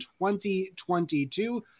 2022